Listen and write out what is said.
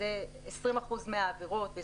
20% מהעבירות,